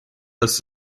dass